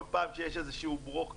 כל פעם שיש איזה שהוא "ברוך"